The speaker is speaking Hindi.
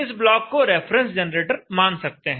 इस ब्लॉक को रेफरेंस जनरेटर मान सकते हैं